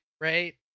right